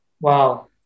Wow